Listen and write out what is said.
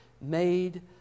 made